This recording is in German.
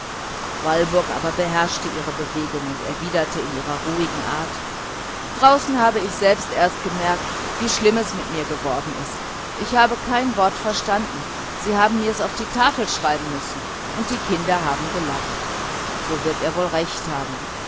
walburg aber beherrschte ihre bewegung und erwiderte in ihrer ruhigen art draußen habe ich selbst erst gemerkt wie schlimm das mit mir geworden ist ich habe kein wort verstanden sie haben mir's auf die tafel schreiben müssen und die kinder haben gelacht so wird er wohl recht haben